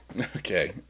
Okay